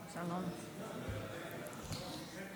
עשר דקות.